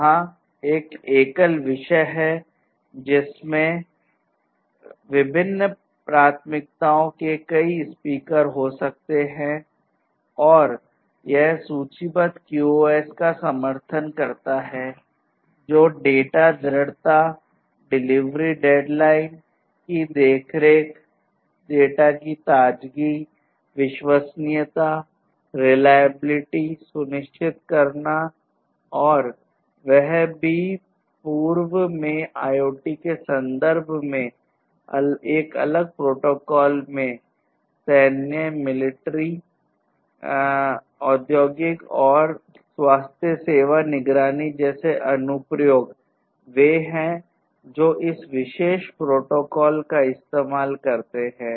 वहाँ एक एकल विषय है जिसमें विभिन्न प्राथमिकताओं के कई स्पीकर हो सकते हैं और यह सूचीबद्ध QoS का समर्थन करता है जो है डेटा दृढ़ता औद्योगिक और स्वास्थ्य सेवा निगरानी जैसे अनुप्रयोग वे हैं जो इस विशेष प्रोटोकॉल का इस्तेमाल करते हैं